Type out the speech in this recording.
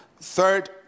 Third